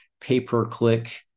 pay-per-click